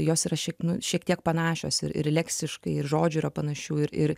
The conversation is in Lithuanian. jos yra šiaip nu šiek tiek panašios ir ir leksiškai ir žodžių yra panašių ir ir